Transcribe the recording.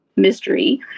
mystery